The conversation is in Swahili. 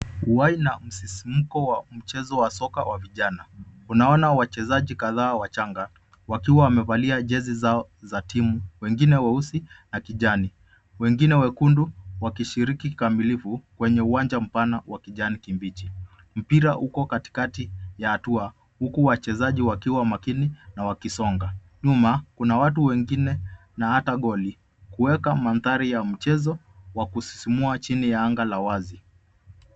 Uhai na msisimiko wa mchezo wa soka wa vijana. Unaona wachezaji kadhaa wachanga wakiwa wamevalia jezi zao za timu. Wengine weusi na kijani wengine wekundu wakishiriki kikamilifu kwenye uwanja mpana wa kijani kibichi. Mpira uko katikati ya hatua huku wachezaji wakiwa makini na wakisonga. Nyuma kuna watu wengine na hata goli kuweka mandhari ya mchezo wa kusisimua chini ya anga la wazi.